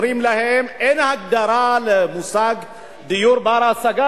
אומרים להם: אין הגדרה למושג "דיור בר-השגה",